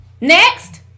Next